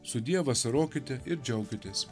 sudie vasarokite ir džiaukitės